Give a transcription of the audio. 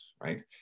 right